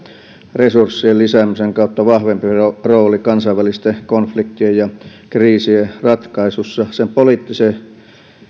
resurssien lisäämisen kautta vahvempi rooli rooli kansainvälisten konfliktien ja kriisien ratkaisussa sen poliittisen